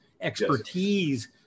expertise